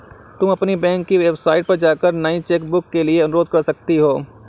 तुम अपनी बैंक की वेबसाइट पर जाकर नई चेकबुक के लिए अनुरोध कर सकती हो